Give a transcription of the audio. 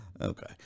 Okay